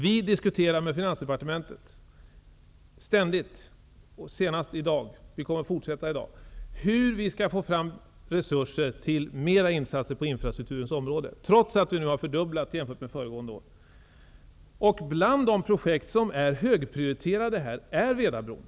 Vi diskuterar ständigt med finansdepartementet -- och vi kommer att fortsätta i dag -- hur vi skall få fram resurser till mera insatser på infrastrukturens område, trots att vi nu har fördubblat i jämförelse med föregående år. Och bland de projekt som är högprioriterade är Vedabron.